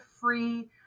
free